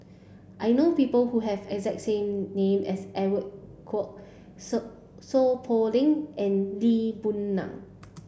I know people who have exact same name as Edwin Koek Seow Poh Leng and Lee Boon Ngan